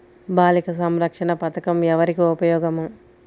బాలిక సంరక్షణ పథకం ఎవరికి ఉపయోగము?